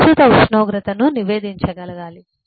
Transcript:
ప్రస్తుత ఉష్ణోగ్రతను నివేదించగలగాలి